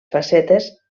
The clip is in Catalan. facetes